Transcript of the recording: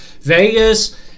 Vegas